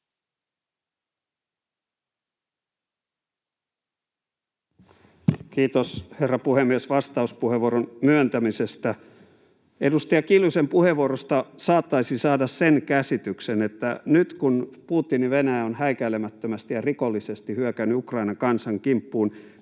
Kiitos, herra puhemies, vastauspuheenvuoron myöntämisestä! Edustaja Kiljusen puheenvuorosta saattaisi saada sen käsityksen, että nyt, kun Putinin Venäjä on häikäilemättömästi ja rikollisesti hyökännyt Ukrainan kansan kimppuun,